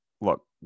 Look